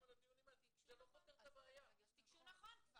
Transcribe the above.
תיגשו נכון.